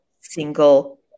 single